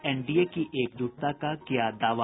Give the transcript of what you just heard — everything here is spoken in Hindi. एनडीए की एकजुटता का किया दावा